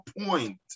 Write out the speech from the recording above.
point